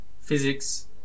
physics